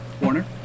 Warner